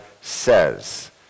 says